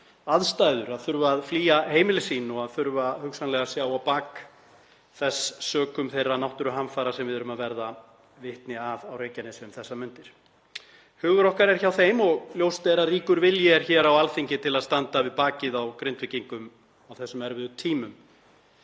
aðstæður að þurfa að flýja heimili sín og þurfa hugsanlega að sjá á bak þess sökum þeirra náttúruhamfara sem við erum að verða vitni að á Reykjanesi um þessar mundir. Hugur okkar er hjá þeim og ljóst er að ríkur vilji er á Alþingi til að standa við bakið á Grindvíkingum á þessum erfiðu tímum.